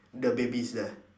the babies there